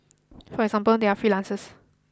for example they are freelancers